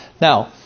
Now